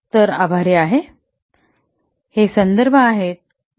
तर आभारी आहे हे संदर्भ आहेत आणि